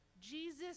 Jesus